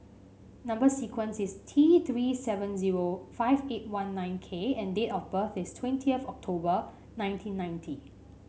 number sequence is T Three seven zero five eight one nine K and date of birth is twentieth October nineteen ninety